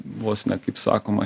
vos ne kaip sakoma